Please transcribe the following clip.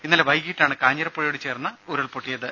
ഇന്നലെ വൈകീട്ടാണ് കാഞ്ഞിരപ്പുഴയോടു ചേർന്ന് ഉരുൾപൊട്ടിയത്